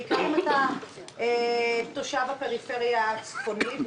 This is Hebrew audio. בעיקר אם אתה תושב הפריפריה הצפונית והדרומית,